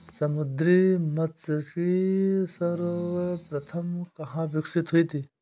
समुद्री मत्स्यिकी सर्वप्रथम कहां विकसित हुई?